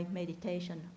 meditation